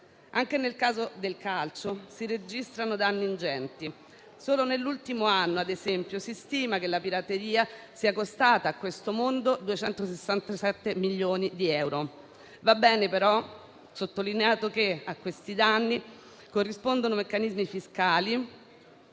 Anche nel caso del calcio si registrano danni ingenti. Solo nell'ultimo anno, ad esempio, si stima che la pirateria sia costata a questo mondo 267 milioni di euro. Va sottolineato che a questi danni corrispondono meccanismi fiscali